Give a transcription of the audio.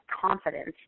confidence